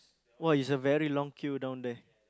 !wah! is a very long queue down there